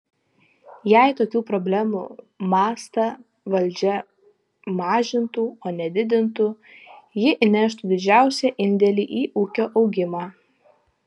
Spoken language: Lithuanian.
jei tokių problemų mastą valdžia mažintų o ne didintų ji įneštų didžiausią indėlį į ūkio augimą